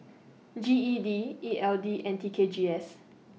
G E D E L D and T K G S